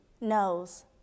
knows